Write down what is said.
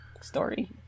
story